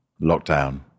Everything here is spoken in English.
lockdown